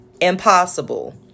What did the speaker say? impossible